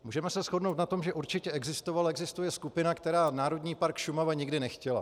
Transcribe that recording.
Můžeme se shodnout na tom, že určitě existovala a existuje skupina, která Národní park Šumava nikdy nechtěla.